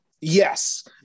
Yes